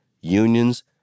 unions